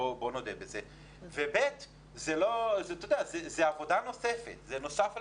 ב', זאת עבודה נוספת, זה נוסף לתפקיד.